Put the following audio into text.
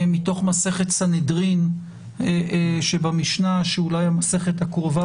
מתוך מסכת סנהדרין שבמשנה שהיא אולי המסכת הקרובה